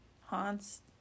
haunts